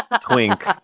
twink